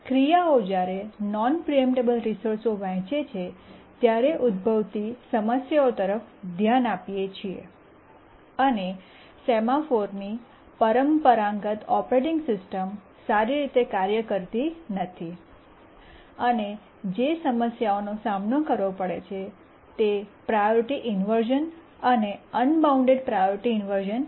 આપણે ક્રિયાઓ જ્યારે નોન પ્રીએમ્પટેબલ રિસોર્સ વહેંચે છે ત્યારે ઉદભવતી સમસ્યાઓ તરફ ધ્યાન આપીએ છીએ અને સેમાફોરની પરંપરાગત ઓપરેટિંગ સિસ્ટમ સારી રીતે કાર્ય કરતી નથી અને જે સમસ્યાઓનો સામનો કરવો પડે છે તે પ્રાયોરિટી ઇન્વર્શ઼ન અને અનબાઉન્ડ પ્રાયોરિટી ઇન્વર્શ઼ન છે